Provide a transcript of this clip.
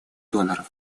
доноров